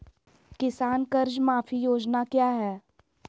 किसान कर्ज माफी योजना क्या है?